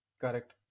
Correct